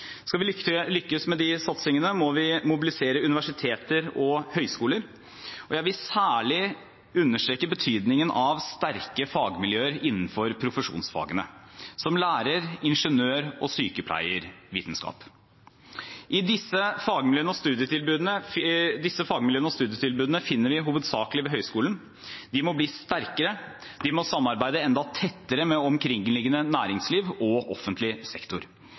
Skal vi lykkes med de satsingene, må vi mobilisere universiteter og høyskoler, og jeg vil særlig understreke betydningen av sterke fagmiljøer innenfor profesjonsfagene, som lærer-, ingeniør- og sykepleievitenskap. Disse fagmiljøene og studietilbudene finner vi hovedsakelig ved høyskolen. De må bli sterkere, de må samarbeide enda tettere med omkringliggende næringsliv og offentlig sektor.